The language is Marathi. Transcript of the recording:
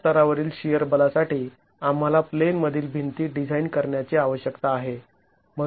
या स्तरावरील शिअर बलासाठी आम्हाला प्लेनमधील भिंती डिझाईन करण्याची आवश्यकता आहे